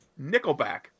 Nickelback